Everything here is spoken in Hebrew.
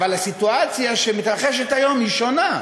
אבל הסיטואציה שמתרחשת היום היא שונה.